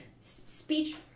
speech